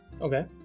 Okay